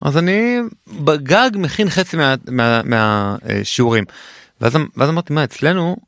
אז אני בגג מכין חצי מ... מה... מהשיעורים. ואז אמרתי, מה אצלנו.